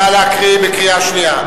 נא להקריא בקריאה שנייה.